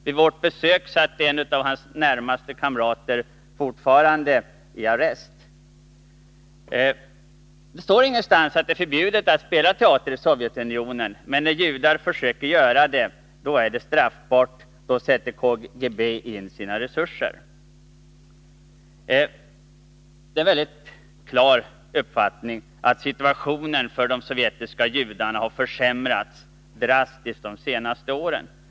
Vid vårt besök satt en av hans närmaste kamrater fortfarande i arrest. Det står ingenstans att det är förbjudet att spela teater i Sovjetunionen. Men när judar försöker göra det är det straffbart, och då sätter KGB in sina resurser. 207 Det är alldeles klart att situationen för de sovjetiska judarna har försämrats drastiskt under de senaste åren.